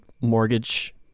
mortgage